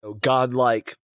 godlike